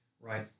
right